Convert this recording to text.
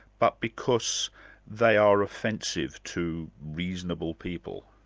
but because they are offensive to reasonable people.